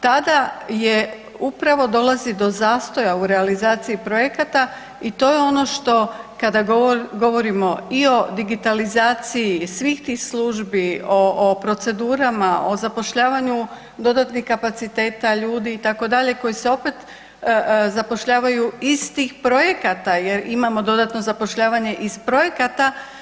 Tada je upravo dolazi do zastoja u realizaciji projekata i to je ono što kada govorimo i o digitalizaciji svih tih službi, o procedurama, o zapošljavanju dodatnih kapaciteta ljudi itd. koji se opet zapošljavaju iz tih projekata jer imamo dodatno zapošljavanje iz projekata.